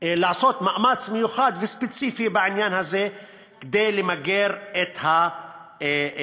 לעשות מאמץ מיוחד וספציפי בעניין הזה כדי למגר את התופעה.